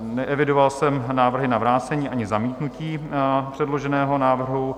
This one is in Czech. Neevidoval jsem návrhy na vrácení ani zamítnutí předloženého návrhu.